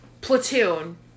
platoon